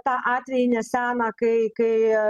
tą atvejį neseną kai kai